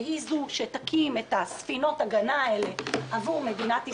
שהיא שתקים את ספינות ההגנה האלה עבור מדינת ישראל,